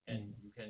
mm